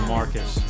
Marcus